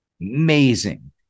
Amazing